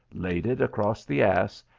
laid it across the ass,